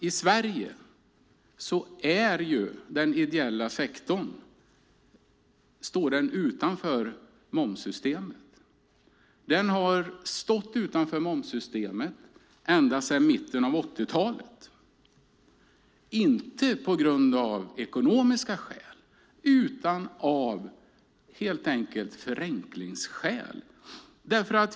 I Sverige står den ideella sektorn utanför momssystemet sedan mitten av 80-talet. Det är inte av ekonomiska skäl utan av förenklingsskäl.